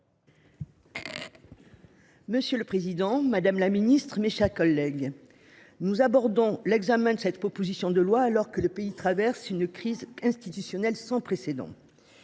Monsieur le président, madame la ministre, mes chers collègues, nous abordons l’examen de cette proposition de loi alors que le pays traverse une crise institutionnelle sans précédent.